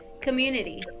Community